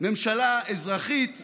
ממשלה אזרחית טובה,